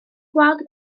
gweld